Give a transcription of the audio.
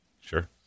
Sure